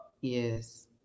Yes